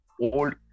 old